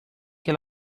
que